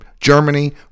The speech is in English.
Germany